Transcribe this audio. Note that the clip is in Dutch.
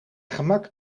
gemak